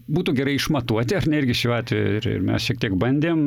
būtų gerai išmatuoti ar ne irgi šiuo atveju ir ir mes šiek tiek bandėm